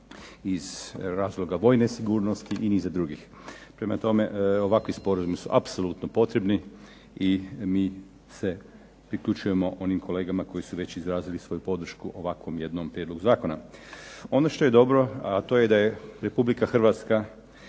iz razloga vojne sigurnosti i niza drugih. Prema tome, ovakvi sporazumi su apsolutno potrebni i mi se priključujemo onim kolegama koji su već izrazili svoju podršku ovakvom jednom prijedlogu zakona. Ono što je dobro, a to je da je Republike Hrvatska